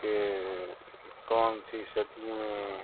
کہ کون سی صدی میں